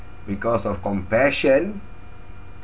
because of compassion